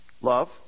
love